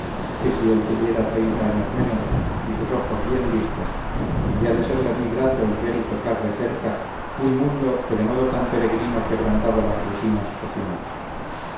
que si él tuviera treinta años menos y sus ojos bien listos había de serle muy grato el ver y tocar de cerca un mundo que de modo tan peregrino quebrantaba las rutinas sociales